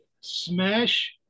smash